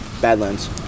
badlands